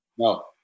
No